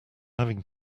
having